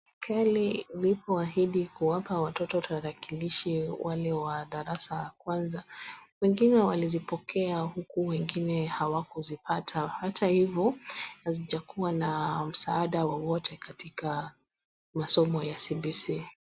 Kile lilipoahidi kuwapa watoto tarakilishi wale wa darasa la kwanza, wengine walizipokea huku wengine hawakuzipata. Hata hivyo, hazijakuwa na msaada wowote katika masomo ya CBC[cs[.